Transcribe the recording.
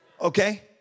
Okay